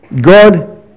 God